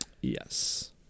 Yes